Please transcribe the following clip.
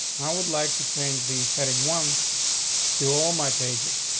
i would like to change these heading ones to all my pages.